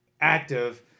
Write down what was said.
active